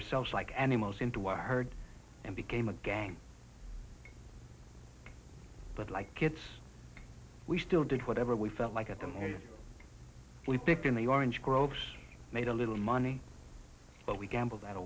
ourselves like animals into a herd and became a gang but like kids we still did whatever we felt like at them here we picked in the orange groves made a little money but we gamble that